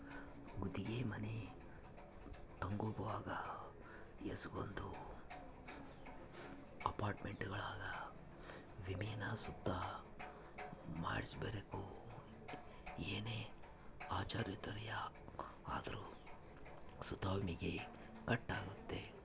ಗುತ್ತಿಗೆ ಮನೆ ತಗಂಬುವಾಗ ಏಸಕೊಂದು ಅಪಾರ್ಟ್ಮೆಂಟ್ಗುಳಾಗ ವಿಮೇನ ಸುತ ಮಾಡ್ಸಿರ್ಬಕು ಏನೇ ಅಚಾತುರ್ಯ ಆದ್ರೂ ಸುತ ವಿಮೇಗ ಕಟ್ ಆಗ್ತತೆ